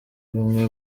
bumwe